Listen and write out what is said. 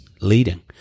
leading